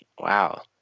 wow